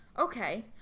Okay